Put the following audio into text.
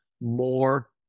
more